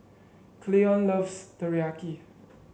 Cleon loves Teriyaki